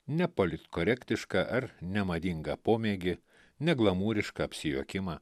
nepolitkorektiška ar nemadinga pomėgį neglamūrišką apsijuokimą